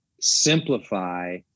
simplify